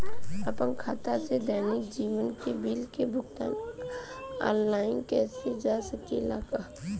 आपन खाता से दैनिक जीवन के बिल के भुगतान आनलाइन कइल जा सकेला का?